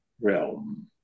realm